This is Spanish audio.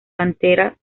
pantera